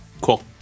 Cool